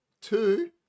two